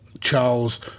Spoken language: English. Charles